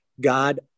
God